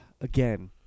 Again